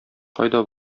кайда